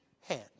hand